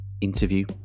interview